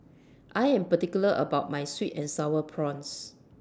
I Am particular about My Sweet and Sour Prawns